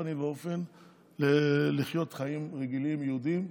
פנים ואופן לחיות חיים יהודיים רגילים,